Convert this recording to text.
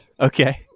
Okay